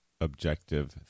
objective